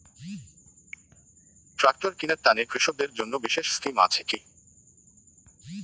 Tractor কিনার তানে কৃষকদের জন্য বিশেষ স্কিম আছি কি?